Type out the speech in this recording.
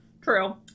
True